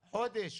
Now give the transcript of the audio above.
חודש,